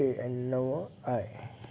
अठ टे नव आहे